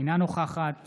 אינה נוכחת